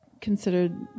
considered